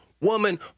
woman